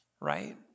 right